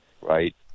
right